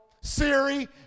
Siri